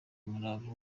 umurava